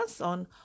on